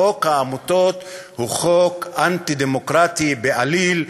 חוק העמותות הוא חוק אנטי-דמוקרטי בעליל,